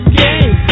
game